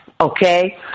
okay